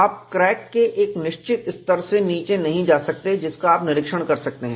आप क्रैक के एक निश्चित स्तर से नीचे नहीं जा सकते जिसका आप निरीक्षण कर सकते हैं